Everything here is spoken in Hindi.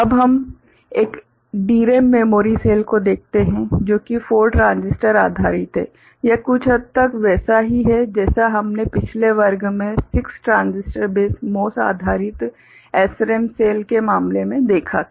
अब हम एक DRAM मेमोरी सेल को देखते हैं जो कि 4 ट्रांजिस्टर आधारित है यह कुछ हद तक वैसा ही है जैसा हमने पिछले वर्ग में 6 ट्रांजिस्टर बेस MOS आधारित SRAM सेल के मामले में देखा था